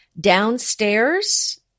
Downstairs